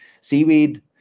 seaweed